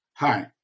Hi